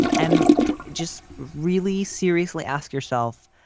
and just really seriously, ask yourself,